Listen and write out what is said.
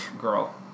Girl